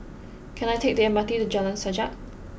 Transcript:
can I take the M R T to Jalan Sajak